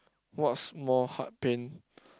what's more heart pain